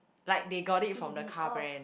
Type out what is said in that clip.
like they got it from the car brand